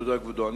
תודה, כבודו.